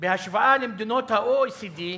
בהשוואה למדינות ה-OECD,